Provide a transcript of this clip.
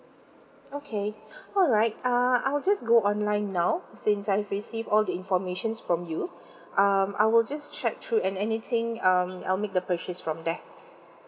okay alright uh I'll just go online now since I've receive all the informations from you um I will just check through and anything um I'll make the purchase from there